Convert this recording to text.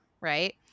Right